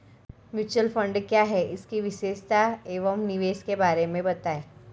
Mutual fund क्या है इसकी विशेषता व निवेश के बारे में बताइये?